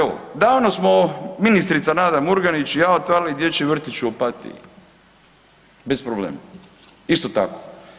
Evo davno smo ministrica Nada Murganić i ja otvarali dječji vrtić u Opatiji bez problema isto tako.